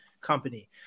Company